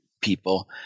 people